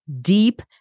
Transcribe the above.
deep